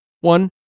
One